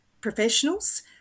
professionals